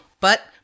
But-